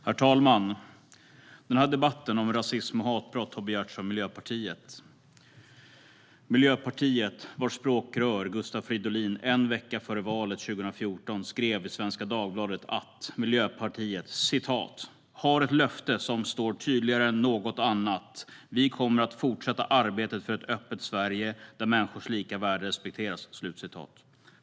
Herr talman! Debatten om rasism och hatbrott har begärts av Miljöpartiet. Miljöpartiets språkrör Gustav Fridolin skrev en vecka före valet 2014 i Svenska Dagbladet: "Miljöpartiet har ett löfte som står tydligare än något annat: Vi kommer fortsätta arbetet för ett öppet Sverige där människors lika värde respekteras."